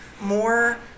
more